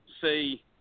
see